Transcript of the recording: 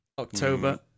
October